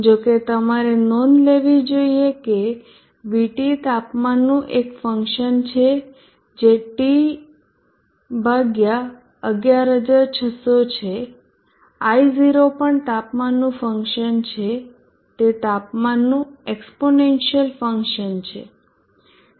જો કે તમારે નોંધ લેવી જોઈએ કે VT તાપમાનનું એક ફંક્શન છે જે T11600 છે I0 પણ તાપમાનનું ફંક્શન છે તે તાપમાનનું એક્ષ્પોનેન્સીયલ ફંક્શન છે